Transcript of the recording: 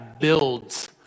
builds